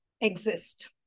exist